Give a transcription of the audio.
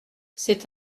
c’est